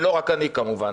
ולא רק אני כמובן.